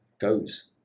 goes